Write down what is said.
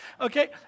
Okay